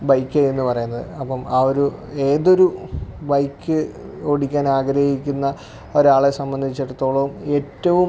bike എന്ന് പറയുന്നത് അപ്പോള് ആ ഒരു ഏതൊരു ബൈക്ക് ഓടിക്കാനാഗ്രഹിക്കുന്ന ഒരാളെ സംബന്ധിച്ചിടത്തോളം ഏറ്റവും